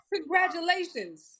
Congratulations